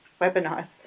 webinar